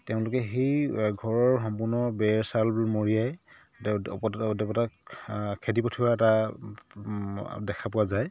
তেওঁলোকে সেই ঘৰৰ সম্পূৰ্ণ বেৰ চালবোৰ মৰিয়াই তেওঁ অপদেৱতাক খেদি পঠিওৱা এটা দেখা পোৱা যায়